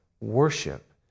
worship